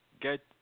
Get